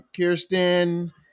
Kirsten